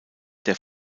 der